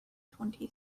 twenty